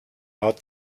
out